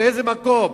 באיזה מקום,